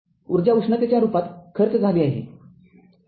ऊर्जा उष्णतेच्या रूपात खर्च झाली आहे